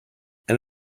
and